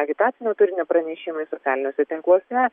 agitacinio turinio pranešimais socialiniuose tinkluose